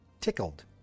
tickled